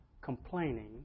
complaining